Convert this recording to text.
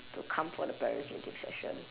to come for the parent teacher session